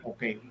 Okay